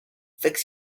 fix